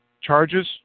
charges